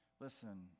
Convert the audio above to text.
Listen